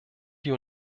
die